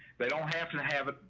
they don't have to have it.